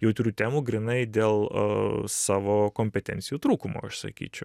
jautrių temų grynai dėl savo kompetencijų trūkumo aš sakyčiau